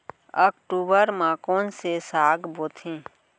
अक्टूबर मा कोन से साग बोथे?